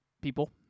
people